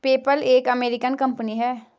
PayPal एक American company है